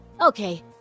Okay